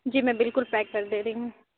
جی میں بالکل پیک کر دے رہی ہوں